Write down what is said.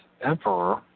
emperor